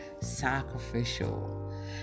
sacrificial